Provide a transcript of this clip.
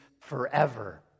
forever